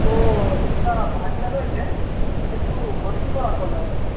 তো একটা বাচ্চা রয়েছে ওকে একটু ভর্তি করাতে হবে আর কি